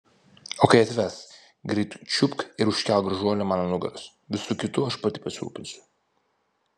o kai atves greit čiupk ir užkelk gražuolę man ant nugaros visu kitu aš pati pasirūpinsiu